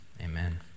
amen